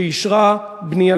שאישרה בנייה,